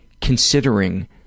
considering